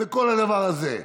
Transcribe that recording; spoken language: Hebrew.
בכל הדבר הזה.